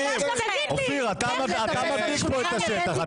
אופיר, אתה מדליק כאן את השטח.